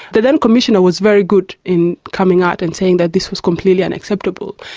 the then commissioner was very good in coming out and saying that this was completely unacceptable.